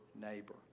neighbor